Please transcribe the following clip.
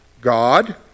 God